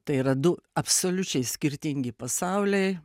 tai yra du absoliučiai skirtingi pasauliai